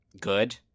good